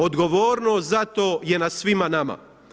Odgovornost za to je na svima nama.